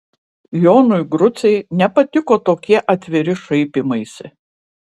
jonui grucei nepatiko tokie atviri šaipymaisi